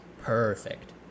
perfect